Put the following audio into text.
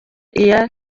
iya